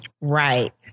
Right